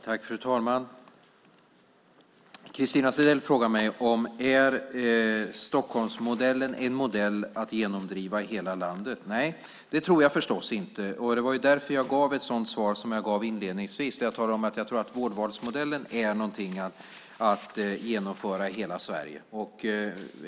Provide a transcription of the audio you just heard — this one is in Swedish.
Fru talman! Christina Zedell frågar mig om Stockholmsmodellen är en modell att genomdriva i hela landet. Nej, det tror jag förstås inte. Det var därför som jag gav ett sådant svar som jag gav inledningsvis. Jag talade om att jag tror att vårdvalsmodellen är någonting att genomföra i hela Sverige.